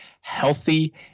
healthy